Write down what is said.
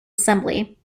assembly